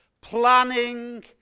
planning